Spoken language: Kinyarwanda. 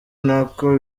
ntako